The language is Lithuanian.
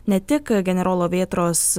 ne tik generolo vėtros